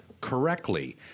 correctly